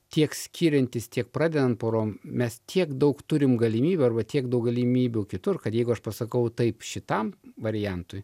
tiek skiriantis tiek pradedant porom mes tiek daug turim galimybių arba tiek daug galimybių kitur kad jeigu aš pasakau taip šitam variantui